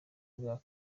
bwa